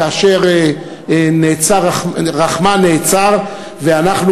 כאשר רחמן נעצר ואנחנו,